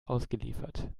ausgeliefert